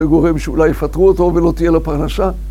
וגורם שאולי יפטרו אותו ולא תהיה לה פרנסה.